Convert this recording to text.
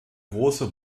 große